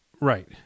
right